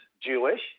Jewish